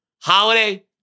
Holiday